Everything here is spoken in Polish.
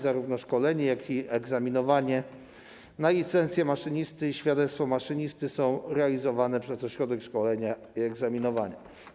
Zarówno szkolenie, jak i egzaminowanie na licencję maszynisty i świadectwo maszynisty są realizowane przez ośrodek szkolenia i egzaminowania.